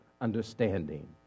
understanding